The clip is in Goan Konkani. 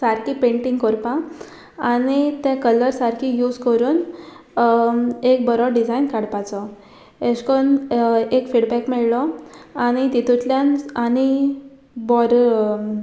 सारकी पेंटींग कोरपा आनी तें कलर सारकी यूज करून एक बरो डिजायन काडपाचो अेश कोन्न एक फिडबॅक मेळ्ळो आनी तितूंतल्यान आनी बोर